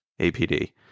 APD